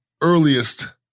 Earliest